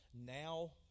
now